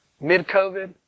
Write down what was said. mid-COVID